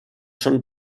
són